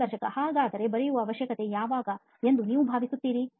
ಸಂದರ್ಶಕ ಹಾಗಾದರೆ ಬರೆಯುವ ಅವಶ್ಯಕತೆ ಯಾವಾಗ ಎಂದು ನೀವು ಭಾವಿಸುತ್ತೀರಿ